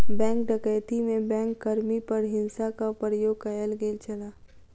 bank डकैती में bank कर्मी पर हिंसाक प्रयोग कयल गेल छल